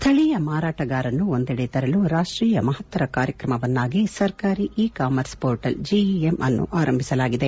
ಸ್ಥಳೀಯ ಮಾರಾಟಗಾರರನ್ನು ಒಂದೆಡೆ ತರಲು ರಾಷ್ಟೀಯ ಮಹತ್ತರ ಕಾರ್ಯಕ್ರಮವನ್ನಾಗಿ ಸರ್ಕಾರಿ ಇ ಕಾಮರ್ಸ್ ಪೋರ್ಟಲ್ ಜಿಇಎಂಅನ್ನು ಆರಂಭಿಸಲಾಗಿದೆ